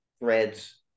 threads